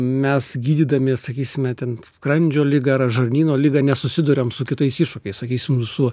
mes gydydami sakysime ten skrandžio ligą žarnyno ligą nesusiduriam su kitais iššūkiais sakysim su